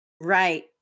Right